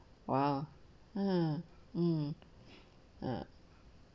!wah! uh um uh